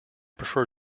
prefer